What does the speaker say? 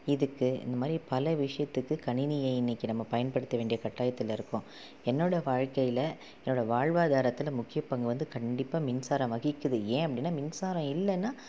இதுக்கு இந்த மாதிரி பல விஷயத்துக்கு கணினியை இன்றைக்கி நம்ம பயன்படுத்த வேண்டிய கட்டாயத்தில் இருக்கோம் என்னோடய வாழ்க்கையில் என்னோடய வாழ்வாதாரத்தில் முக்கிய பங்கு வந்து கண்டிப்பாக மின்சாரம் வகிக்குது ஏன் அப்படின்னா மின்சாரம் இல்லைன்னா